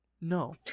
No